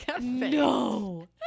no